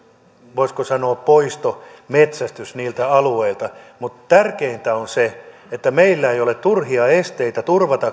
voisiko sanoa poistometsästys niiltä alueilta mutta tärkeintä on se että meillä ei ole turhia esteitä turvata